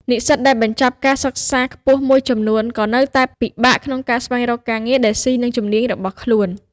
និស្សិតដែលបញ្ចប់ការសិក្សាខ្ពស់មួយចំនួនក៏នៅតែពិបាកក្នុងការស្វែងរកការងារដែលស៊ីនឹងជំនាញរបស់ខ្លួន។